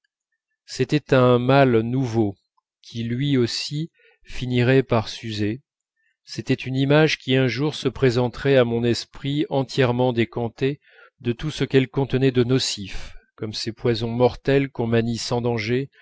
c'était un mal nouveau qui lui aussi finirait par s'user c'était une image qui un jour se présenterait à mon esprit entièrement décantée de tout ce qu'elle contenait de nocif comme ces poisons mortels qu'on manie sans danger